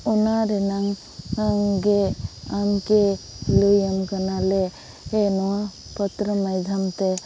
ᱚᱱᱟ ᱨᱮᱱᱟᱝ ᱜᱮ ᱟᱢᱜᱮ ᱞᱟᱹᱭᱟᱢ ᱠᱟᱱᱟᱞᱮ ᱦᱮ ᱱᱚᱣᱟ ᱯᱚᱛᱨᱚ ᱢᱟᱫᱫᱷᱚᱢ ᱛᱮ